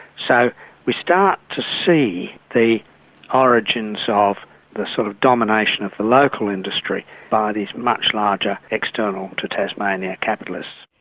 so we start to see the origins ah of the sort of domination of the local industry by these much larger external-to-tasmania capitalists.